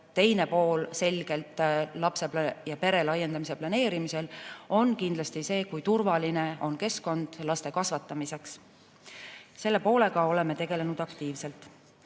Teine pool pere laiendamise planeerimisel on kindlasti see, kui turvaline on keskkond laste kasvatamiseks. Selle poolega oleme tegelenud aktiivselt.